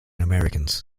americans